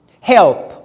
help